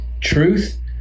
truth